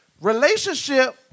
Relationship